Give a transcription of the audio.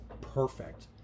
perfect